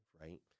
right